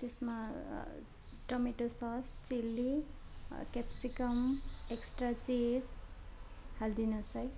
त्यसमा tomato sauce chilli capsicum extra cheese हालिदिनु होस् है